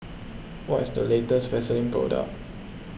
what is the latest Vaselin Product